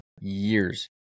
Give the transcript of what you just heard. years